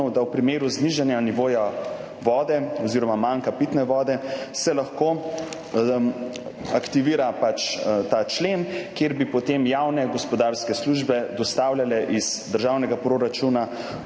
v primeru znižanja nivoja vode oziroma manka pitne vode aktivira ta člen, po katerem bi potem javne gospodarske službe dostavljale iz državnega proračuna